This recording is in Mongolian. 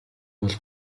бол